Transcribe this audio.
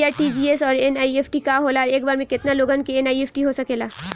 इ आर.टी.जी.एस और एन.ई.एफ.टी का होला और एक बार में केतना लोगन के एन.ई.एफ.टी हो सकेला?